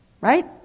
Right